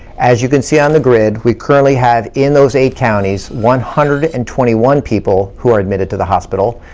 as you can see on the grid, we currently have in those eight counties, one hundred and twenty one people who are admitted to the hospital,